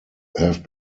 have